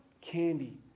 candy